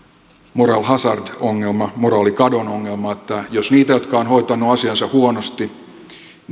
moral hazard ongelma moraalikadon ongelma että jos niitä jotka ovat hoitaneet asiansa huonosti